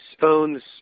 phones